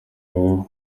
aho